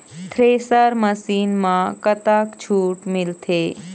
Thresher machine म कतक छूट मिलथे?